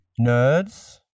Nerds